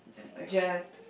just